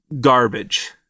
garbage